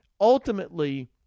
ultimately